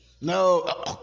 No